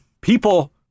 people